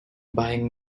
buying